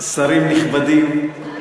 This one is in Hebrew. שרים נכבדים,